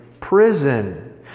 prison